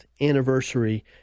anniversary